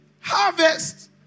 Harvest